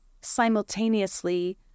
simultaneously